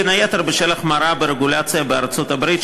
בין היתר בשל החמרה ברגולציה בארצות-הברית,